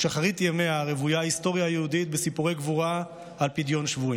משחרית ימיה רוויה ההיסטוריה היהודית בסיפורי גבורה על פדיון שבויים,